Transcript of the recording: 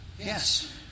Yes